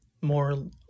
more